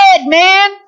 man